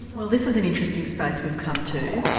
well this is an interesting space we've come to,